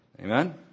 Amen